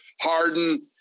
Harden